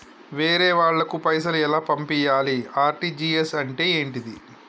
వేరే వాళ్ళకు పైసలు ఎలా పంపియ్యాలి? ఆర్.టి.జి.ఎస్ అంటే ఏంటిది?